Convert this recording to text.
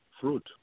fruit